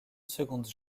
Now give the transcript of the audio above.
seconde